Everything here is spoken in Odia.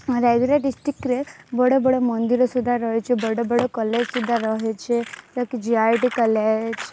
ଆମ ରାୟଗଡ଼ାରେ ଡିଷ୍ଟ୍ରିକ୍ଟରେ ବଡ଼ବଡ଼ ମନ୍ଦିର ସୁଦ୍ଧା ରହିଛି ବଡ଼ବଡ଼ କଲେଜ୍ ସୁଦ୍ଧା ରହିଛି ଯାହାକି ଜେଆଇଟି କଲେଜ୍